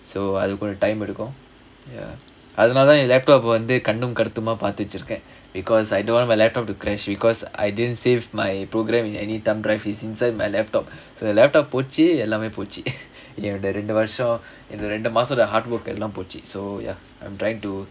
so அதுக்கொரு:athukkoru time எடுக்கும் அதுனால தான் என்:edukkum athunaala thaan en laptop வந்து கண்ணும் கருத்துமா பாத்து வெச்சுருக்கேன்:vanthu kannum karuthumaa paathu vechurukkaen ya because I don't want my laptop to crashed because I didn't save my programme in any thumb drive is inside my laptop the laptop போச்சு எல்லாமே போச்சு என்னோட ரெண்டு வருஷம் என்னோட ரெண்டு மாசம்:pochu ellaamae pochu ennoda rendu varusham ennoda rendu maasam hardwork எல்லா போச்சு:ellaa pochu so ya I'm trying to